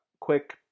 quick